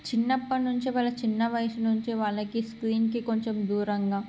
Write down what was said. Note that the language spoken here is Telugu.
చిన్నప్పటి నుంచే వాళ్ళ చిన్న వయసు నుంచే వాళ్ళకి స్క్రీన్కి కొంచెం దూరంగా